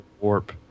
Warp